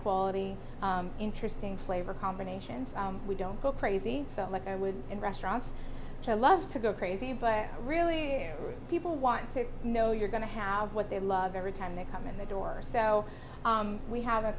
quality interesting flavor combinations we don't go crazy so like i would in restaurants love to go crazy but really people want to know you're going to have what they love every time they come in the door so we have a